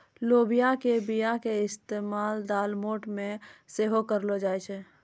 लोबिया के बीया के इस्तेमाल दालमोट मे सेहो करलो जाय छै